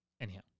Anyhow